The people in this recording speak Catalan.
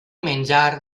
menjar